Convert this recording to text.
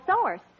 source